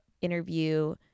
interview